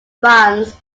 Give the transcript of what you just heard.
spans